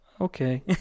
okay